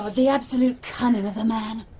ah the absolute cunning of the man,